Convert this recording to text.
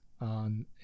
on